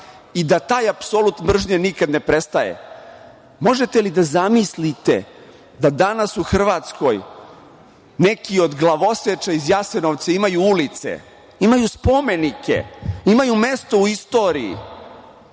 i da taj apsolut mržnje nikad ne prestaje. Možete li da zamislite da danas u Hrvatskoj neki od glavoseča iz Jasenovca imaju ulice, imaju spomenike, imaju mesto u istoriji?